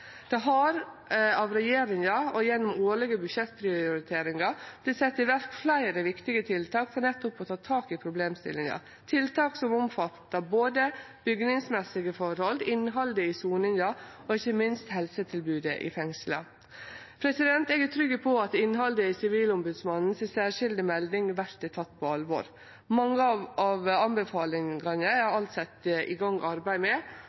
Det har, av regjeringa og gjennom årlege budsjettprioriteringar, vorte sett i verk fleire viktige tiltak for nettopp å ta tak i problemstillinga – tiltak som omfattar både bygningsmessige forhold, innhaldet i soninga og ikkje minst helsetilbodet i fengsla. Eg er trygg på at innhaldet i Sivilombodsmannen si særskilde melding vert teke på alvor. Mange av anbefalingane er det alt sett i gang arbeid med.